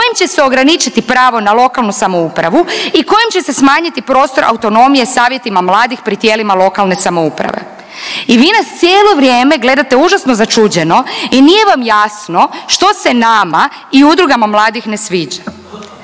kojim će se ograničiti pravo na lokalnu samoupravu i kojim će se smanjiti prostor autonomije savjetima mladih pri tijelima lokalne samouprave. I vi nas cijelo vrijeme gledate užasno začuđeno i nije vam jasno što se nama i udrugama mladih ne sviđa.